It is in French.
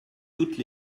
toutes